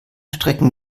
strecken